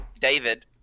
David